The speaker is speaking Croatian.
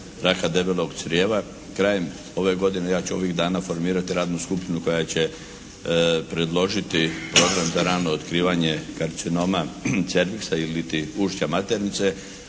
raka debelog crijeva. Krajem ove godine, ja ću ovih dana formirati radnu skupinu koja će predložiti program za rano otkrivanje karcinoma cerviksa iliti ušća maternice,